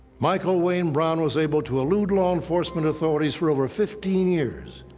michael wayne brown was able to elude law enforcement authorities for over fifteen years,